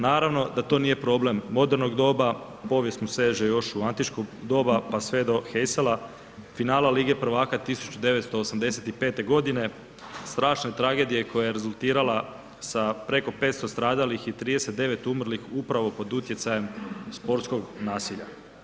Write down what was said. Naravno da to nije problem modernog doba, povijest mu seže još u antičko doba pa sve do Heysela, finale Lige prvaka 1985. godine strašne tragedije koja je rezultirala sa preko 500 stradalih i 39 umrlih upravo pod utjecajem sportskog nasilja.